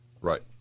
Right